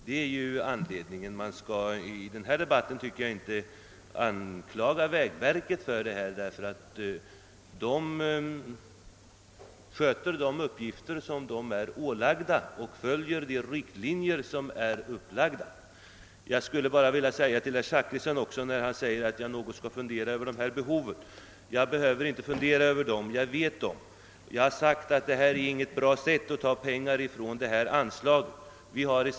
Man skall inte i denna debatt skylla situationen på vägverket, ty det sköter bara de uppgifter som har ålagts det efter de riktlinjer som är givna. Herr Zachrisson menar att jag borde fundera över behoven i detta sammanhang, men jag behöver inte fundera, ty jag känner till dem. Jag har sagt att det inte är något lämpligt sätt att ta pengar från anslagen i fråga.